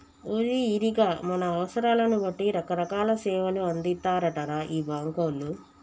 ఓరి ఈరిగా మన అవసరాలను బట్టి రకరకాల సేవలు అందిత్తారటరా ఈ బాంకోళ్లు